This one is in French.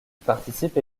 participe